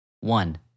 one